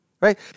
right